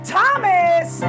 Thomas